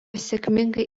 sėkmingai